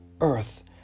earth